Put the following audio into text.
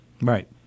Right